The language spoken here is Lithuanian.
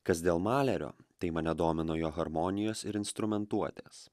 kas dėl malerio tai mane domino jo harmonijos ir instrumentuotės